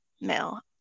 mail